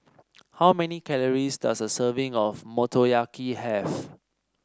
how many calories does a serving of Motoyaki have